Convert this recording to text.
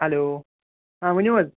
hello آ ؤنِو حظ